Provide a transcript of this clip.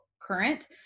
current